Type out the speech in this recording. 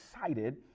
excited